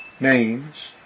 names